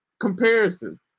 comparison